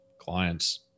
clients